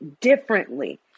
differently